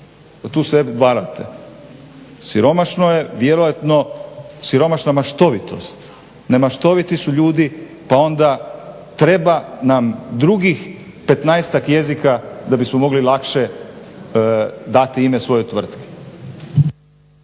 Tu se varate. Siromašno je vjerojatno siromašna maštovitost, nemaštoviti su ljudi pa onda treba nam drugih 15-tak jezika da bismo mogli lakše dati ime svojoj tvrtki.